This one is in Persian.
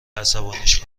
عصبانیش